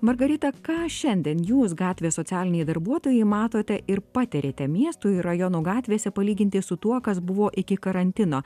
margarita ką šiandien jūs gatvės socialiniai darbuotojai matote ir patiriate miestų ir rajonų gatvėse palyginti su tuo kas buvo iki karantino